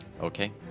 Okay